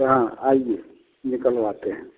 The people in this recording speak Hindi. हाँ आइए निकलवाते हैं